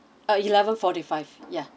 uh eleven forty five yeah